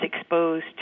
exposed